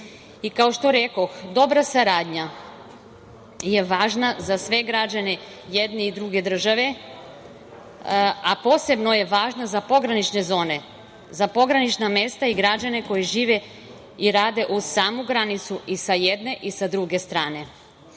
što rekoh, dobra saradnja je važna za sve građane jedne i druge države, a posebno je važna za pogranične zone, za pogranična mesta i građane koji žive i rade uz samu granicu i sa jedne i sa druge strane.